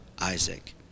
isaac